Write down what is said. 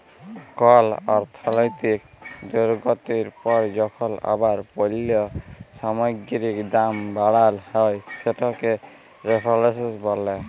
call অর্থলৈতিক দুর্গতির পর যখল আবার পল্য সামগ্গিরির দাম বাড়াল হ্যয় সেটকে রেফ্ল্যাশল ব্যলে